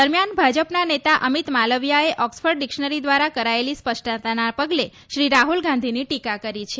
દરમિયાન ભાજપના નેતા અમિત માલવીયાએ ઓક્સફર્ડ ડિક્શનરી દ્વારા કરાયેલી સ્પષ્ટતાના પગલે શ્રી રાહુલ ગાંધીની ટીકા કરી છે